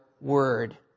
word